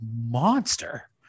monster